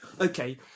okay